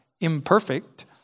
Imperfect